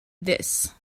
this